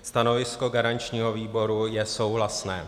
Stanovisko garančního výboru je souhlasné.